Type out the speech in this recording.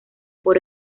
por